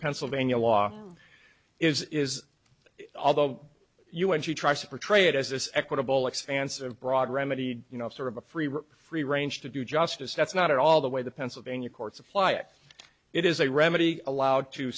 pennsylvania law is is although you when she tries to portray it as this equitable expanse of broad remedy you know sort of a free roam free range to do justice that's not at all the way the pennsylvania courts apply it it is a remedy allowed to